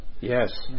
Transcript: Yes